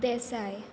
Desai